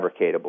fabricatable